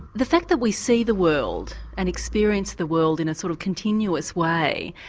the fact that we see the world and experience the world in a sort of continuous way,